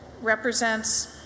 represents